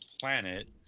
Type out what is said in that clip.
planet